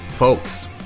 Folks